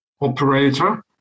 operator